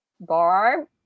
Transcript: barb